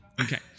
Okay